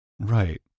Right